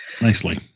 Nicely